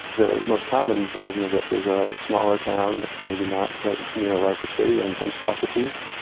the most common version of this is a smaller town that's maybe not right near larger city, and some specialties.